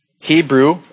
Hebrew